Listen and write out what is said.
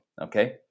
Okay